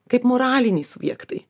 kaip moraliniai subjektai